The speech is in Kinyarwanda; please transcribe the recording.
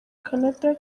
canada